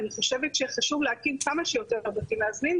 אני חושבת שחשוב להקים כמה שיותר בתים מאזנים,